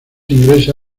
ingresa